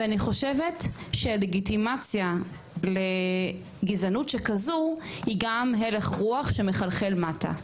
ואני חושבת שהלגיטימציה לגזענות שכזו היא גם הלך רוח שמחלחל מטה.